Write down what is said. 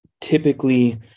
typically